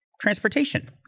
Transportation